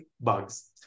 bugs